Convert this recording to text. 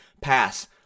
pass